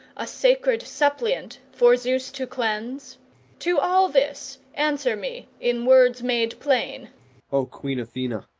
a sacred suppliant for zeus to cleanse to all this answer me in words made plain o queen athena,